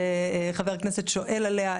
שחבר הכנסת שואל עליה,